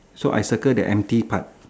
so I circle the empty part